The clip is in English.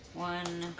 one